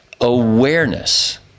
awareness